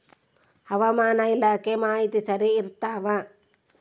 ಹವಾಮಾನ ಇಲಾಖೆ ಮಾಹಿತಿ ಸರಿ ಇರ್ತವ?